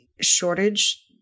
shortage